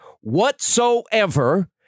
whatsoever